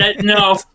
No